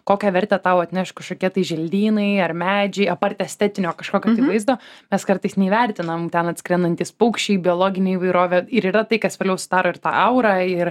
kokią vertę tau atneš kažkokie tai želdynai ar medžiui apart estetinio kažkokio tai vaizdo mes kartais neįvertinam ten atskrendantys paukščiai biologinė įvairovė ir yra tai kas vėliau sudaro ir tą aurą ir